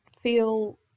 feel